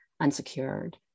unsecured